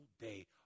day